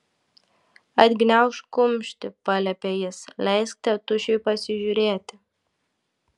atgniaužk kumštį paliepė jis leisk tėtušiui pasižiūrėti